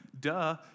duh